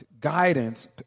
guidance